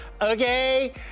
Okay